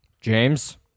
James